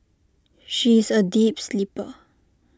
she is A deep sleeper